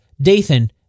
Dathan